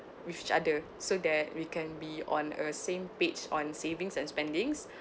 with each other so that we can be on a same page on savings and spendings